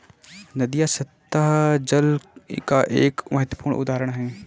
नदियां सत्तह जल का एक महत्वपूर्ण उदाहरण है